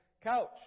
couch